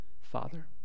Father